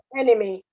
enemy